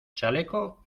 chaleco